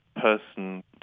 person